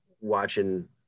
watching